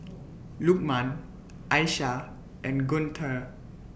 Lukman Aishah and Guntur